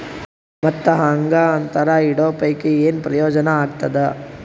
ಮತ್ತ್ ಹಾಂಗಾ ಅಂತರ ಇಡೋ ಪೈಕಿ, ಏನ್ ಪ್ರಯೋಜನ ಆಗ್ತಾದ?